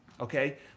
okay